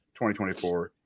2024